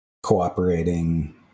cooperating